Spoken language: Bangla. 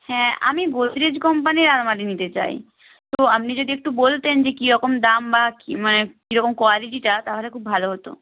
হ্যাঁ আমি গোদরেজ কোম্পানির আলমারি নিতে চাই তো আপনি যদি একটু বলতেন যে কীরকম দাম বা কী মানে কীরকম কোয়ালিটিটা তাহলে খুব ভালো হতো